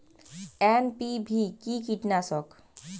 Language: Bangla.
এন.পি.ভি কি কীটনাশক?